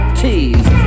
tease